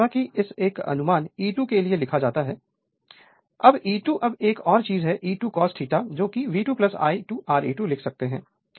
अब जैसा कि एक अनुमान E2 के लिए लिख सकता है अब E2 अब एक और चीज E2 cos V2 I2 Re2 लिख सकता है जिसे हम E2 cos∂ भी लिख सकते हैं